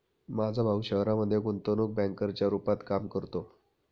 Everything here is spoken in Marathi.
माझा भाऊ शहरामध्ये गुंतवणूक बँकर च्या रूपात काम करतो